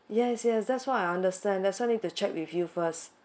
yes yes that's why I understand that's why need to check with you first